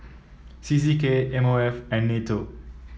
C C K M O F and NATO